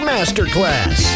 Masterclass